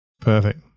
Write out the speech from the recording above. Perfect